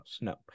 No